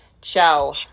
Ciao